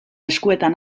eskuetan